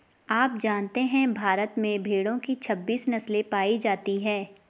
आप जानते है भारत में भेड़ो की छब्बीस नस्ले पायी जाती है